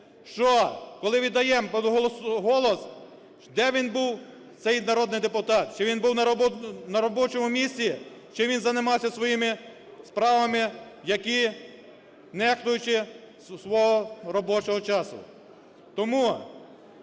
що, коли віддаємо голос, де він був цей народний депутат, чи він був на робочому місці, чи він займався своїми справами, які нехтуючи свого робочого часу.